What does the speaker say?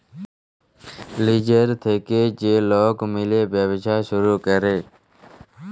লিজের থ্যাইকে যে লক মিলে ব্যবছা ছুরু ক্যরে